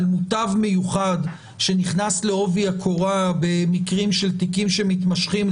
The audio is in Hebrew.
מוטב מיוחד שנכנס לעובי הקורה במקרים של תיקים שמתמשכים.